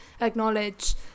acknowledge